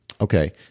Okay